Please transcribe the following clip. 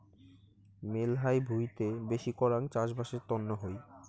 মেলহাই ভুঁইতে বেশি করাং চাষবাসের তন্ন হই